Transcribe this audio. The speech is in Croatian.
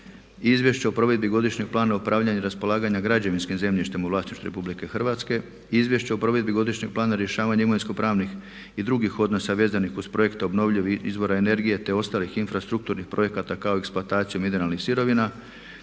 Izvješće o provedbi Godišnjeg plana upravljanja i raspolaganja građevinskim zemljištem u vlasništvu Republike Hrvatske, Izvješće o provedbi Godišnjeg plana rješavanja imovinsko-pravnih i drugih odnosa vezanih uz projekte obnovljivih izvora energije, te ostalih infrastrukturnih projekata kao eksploataciju mineralnih sirovina,